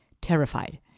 terrified